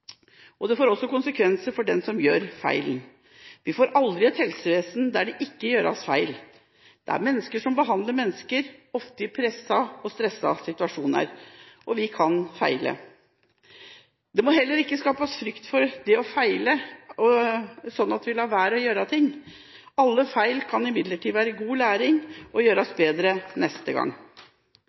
involvert. Det får også konsekvenser for den som gjør feilen. Vi får aldri et helsevesen der det ikke gjøres feil. Det er mennesker som behandler mennesker, ofte i pressede og stressede situasjoner, og vi kan feile. Det må heller ikke skapes frykt for det å feile, sånn at vi lar være å gjøre ting. Alle feil kan imidlertid være god læring, og det kan gjøres bedre neste gang.